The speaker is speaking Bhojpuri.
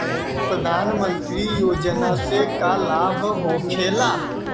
प्रधानमंत्री योजना से का लाभ होखेला?